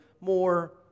more